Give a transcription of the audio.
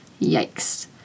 Yikes